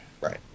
right